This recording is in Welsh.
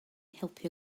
helpu